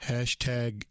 Hashtag